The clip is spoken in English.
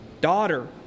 daughter